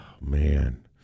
man